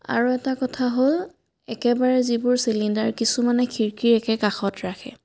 আৰু এটা কথা হ'ল একেবাৰে যিবোৰ চিলিণ্ডাৰ কিছুমানে খিৰিকীৰ একে কাষত ৰাখে